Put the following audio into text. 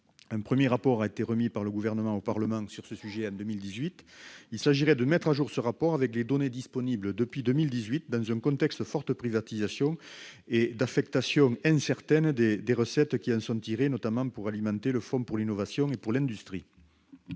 Un premier rapport a été remis par le Gouvernement au Parlement sur ce sujet en 2018. Il s'agirait de le mettre à jour avec les données disponibles depuis 2018, dans un contexte de fortes privatisations et d'une affectation incertaine des recettes qui en sont tirées pour alimenter notamment le fonds pour l'innovation et l'industrie.